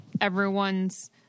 everyone's